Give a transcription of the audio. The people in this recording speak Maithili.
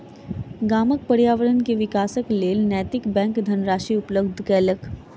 गामक पर्यावरण के विकासक लेल नैतिक बैंक धनराशि उपलब्ध केलक